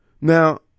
now